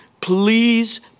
please